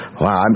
wow